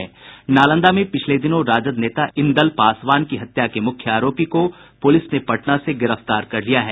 नालंदा में पिछले दिनों राजद नेता इंदल पासवान की हुई हत्या के मुख्य आरोपी को पुलिस ने पटना से गिरफ्तार कर लिया है